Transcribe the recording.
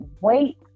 wait